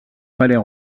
palais